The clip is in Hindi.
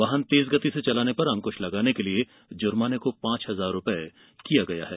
वाहन तेज गति से चलाने पर अंक्श लगाने के लिए जुर्माने को पाँच हजार रुपये किया गया है